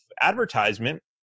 advertisement